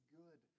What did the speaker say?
good